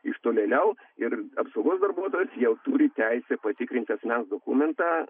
iš tolėliau ir apsaugos darbuotojas jau turi teisę patikrinti asmens dokumentą